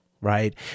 right